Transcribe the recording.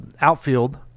outfield